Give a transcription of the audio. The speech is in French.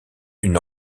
une